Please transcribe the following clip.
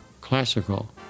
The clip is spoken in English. classical